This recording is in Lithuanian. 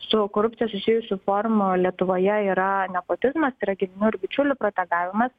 su korupcija susijusių formų lietuvoje yra nepotizmas tai yra giminių ir bičiulių protegavimas